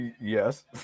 yes